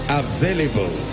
available